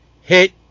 hit